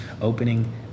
opening